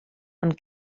ond